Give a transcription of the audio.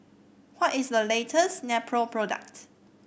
what is the latest Nepro product